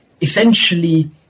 essentially